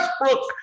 Westbrook